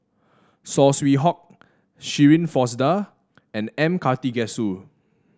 Saw Swee Hock Shirin Fozdar and M Karthigesu